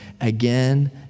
again